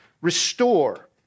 Restore